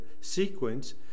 sequence